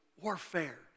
warfare